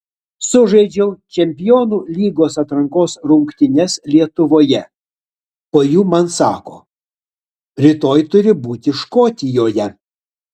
sužaidžiau čempionų lygos atrankos rungtynes lietuvoje po jų man sako rytoj turi būti škotijoje